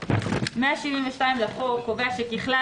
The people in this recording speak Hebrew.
172 לחוק קובע שככלל,